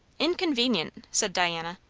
inconvenient, said diana.